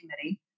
committee